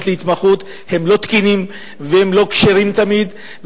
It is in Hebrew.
להתמחות הם לא תקינים והם לא כשרים תמיד,